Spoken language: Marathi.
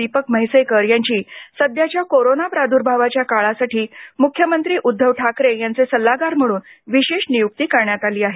दीपक म्हैसेकर यांची सध्याच्या कोरोना प्रादुर्भावाच्या काळासाठी मुख्यमंत्री उद्धव ठाकरे यांचे सल्लागार म्हणून विशेष नियुक्ती करण्यात आली आहे